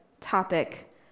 topic